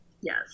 yes